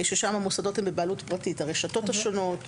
ששם המוסדות הם בבעלות פרטית הרשתות השונות,